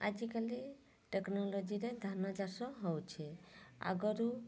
ଆଜିକାଲି ଟେକ୍ନୋଲୋଜିରେ ଧାନ ଚାଷ ହେଉଛି ଆଗରୁ